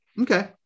Okay